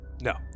No